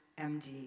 MD